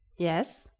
yes,